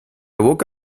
woke